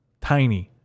tiny